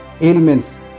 ailments